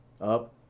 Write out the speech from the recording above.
up